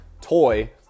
toy